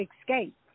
escape